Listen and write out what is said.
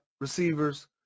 receivers